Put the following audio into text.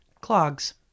Clogs